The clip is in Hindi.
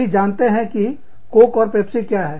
सभी जानते हैं कि कोक और पेप्सी क्या है